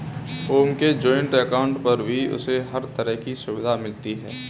ओम के joint account पर भी उसे हर तरह की सुविधा मिलती है